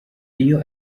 iyo